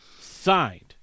Signed